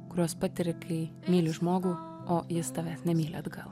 kuriuos patiri kai myli žmogų o jis tavęs nemyli atgal